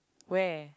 where